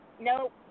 nope